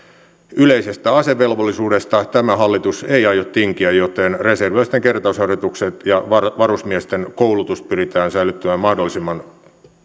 yleisestä asevelvollisuudesta tämä hallitus ei aio tinkiä joten reserviläisten kertausharjoitukset ja varusmiesten koulutus pyritään säilyttämään mahdollisimman